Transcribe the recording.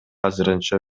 азырынча